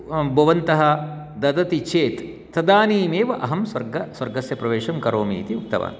भवन्तः ददति चेत् तदानीमेव अहं स्वर्ग स्वर्गस्य प्रवेशं करोमि इति उक्तवान्